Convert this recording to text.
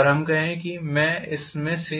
और हम कहें कि मैं इसमें से